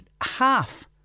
half